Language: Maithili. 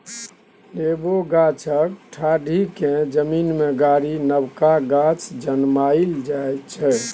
नेबो गाछक डांढ़ि केँ जमीन मे गारि नबका गाछ जनमाएल जाइ छै